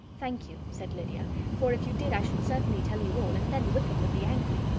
thank you, said lydia, for if you did, i should certainly tell you all, and then wickham would be angry.